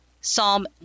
Psalm